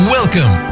Welcome